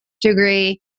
degree